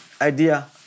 idea